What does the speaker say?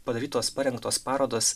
padarytos parengtos parodos